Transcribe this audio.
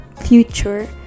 future